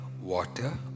water